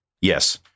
Yes